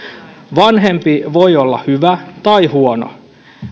vanhempi voi olla hyvä tai huono